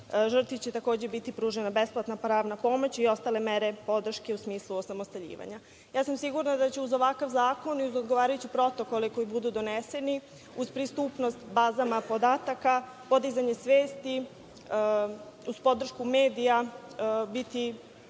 Žrtvi će takođe biti pružena besplatna pravna pomoć i ostale mere podrške u smislu osamostaljivanja. Ja sam sigurna da će uz ovakav zakon i odgovarajući protokole koji budu doneseni uz pristupnost bazama podataka, podizanje svesti, uz podršku medija biti